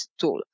tool